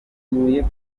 kumbwira